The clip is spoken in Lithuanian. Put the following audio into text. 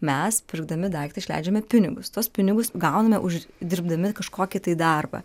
mes pirkdami daiktą išleidžiame pinigus tuos pinigus gauname uždirbdami kažkokį tai darbą